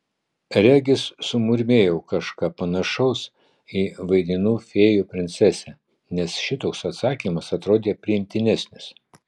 regis sumurmėjau kažką panašaus į vaidinu fėjų princesę nes šitoks atsakymas atrodė priimtinesnis